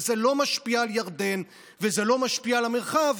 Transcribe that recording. וזה לא משפיע על ירדן וזה לא משפיע על המרחב,